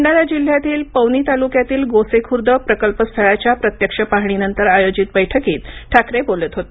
भंडारा जिल्ह्यातील पवनी तालुक्यातील गोसेखुर्द प्रकल्पस्थळाच्या प्रत्यक्ष पाहणीनंतर आयोजित बैठकीत ठाकरे बोलत होते